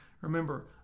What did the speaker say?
remember